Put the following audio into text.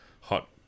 hot